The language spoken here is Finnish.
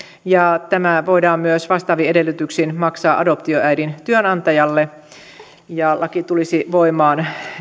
ja tämä voidaan myös vastaavin edellytyksin maksaa adoptioäidin työnantajalle laki tulisi voimaan